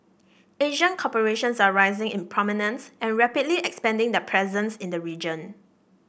Asian corporations are rising in prominence and rapidly expanding their presence in the region